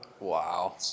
Wow